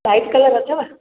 light colour अथव